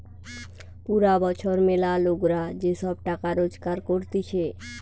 পুরা বছর ম্যালা লোকরা যে সব টাকা রোজগার করতিছে